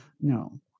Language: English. No